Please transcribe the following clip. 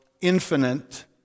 infinite